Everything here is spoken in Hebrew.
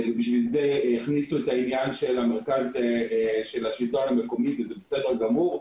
ולכן הכניסו את העניין של המרכז של השלטון המקומי וזה נכון.